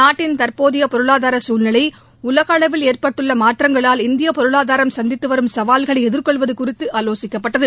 நாட்டின் தற்போதைய பொருளாதார சூழ்நிலை உலகளவில் ஏற்பட்டுள்ள மாற்றங்களால் இந்திய பொருளாதாரம் சந்தித்து வரும் சவால்களை எதிர்கொள்வது குறித்து ஆலோசிக்கப்பட்டது